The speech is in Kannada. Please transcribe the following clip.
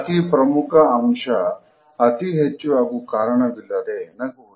ಅತಿ ಪ್ರಮುಖ ಅಂಶ ಅತಿ ಹೆಚ್ಚು ಹಾಗೂ ಕಾರಣವಿಲ್ಲದೇ ನಗುವುದು